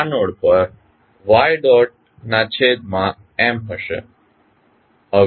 તેથી આ નોડ પર y ડોટ ના છેદમાં M હશે